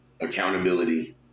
Accountability